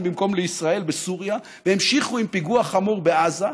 במקום לישראל בסוריה והמשיכו עם פיגוע חמור בעזה.